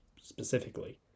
specifically